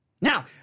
Now